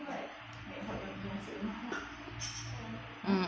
mm